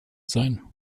sein